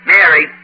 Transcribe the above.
Mary